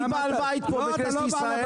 אני בעל בית פה בכנסת ישראל.